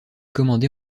commandé